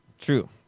True